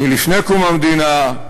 מלפני קום המדינה,